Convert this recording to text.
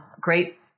great